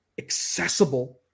accessible